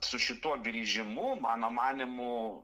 su šituo grįžimu mano manymu